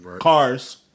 cars